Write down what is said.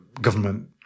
government